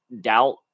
doubt